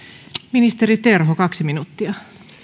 ministeri terho kaksi minuuttia